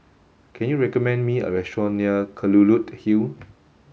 can you recommend me a restaurant near Kelulut Hill